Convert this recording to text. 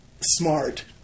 smart